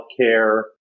healthcare